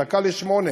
דקה ל-20:00: